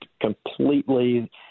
completely